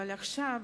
אבל עכשיו,